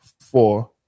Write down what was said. four